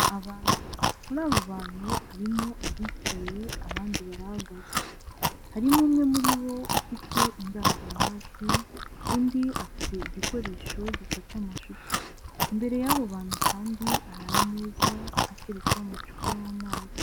Abantu, muri abo bantu harimo abicaye abandi barahagaze. Harimo umwe muri bo ufite indangururamajwi, undi afite igikoresho gifata amashusho. Imbere y'abo bantu kandi hari ameza ateretseho amacupa y'amazi.